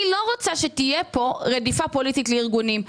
לא רוצה שתהיה פה רדיפה פוליטית כנגד ארגונים.